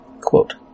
quote